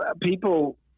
people